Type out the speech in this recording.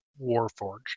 Warforge